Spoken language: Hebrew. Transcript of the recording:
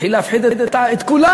התחיל להפחיד את כולם.